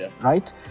right